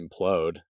implode